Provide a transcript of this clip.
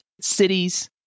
cities